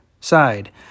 side